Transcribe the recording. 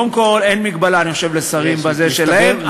קודם כול, אין מגבלה, אני חושב, לשרים בזמן שלהם.